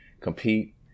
compete